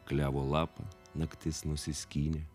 klevo lapą naktis nusiskynė